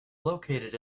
located